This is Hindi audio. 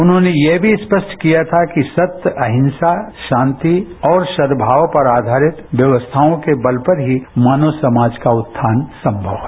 उन्होंने यह भी स्पष्ट किया था कि सत्य अहिंसा शांति और सद्भाव पर आधारित व्यवस्थाओं के बल पर ही मानव समाज का उत्थान संभव है